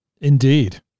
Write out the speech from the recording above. Indeed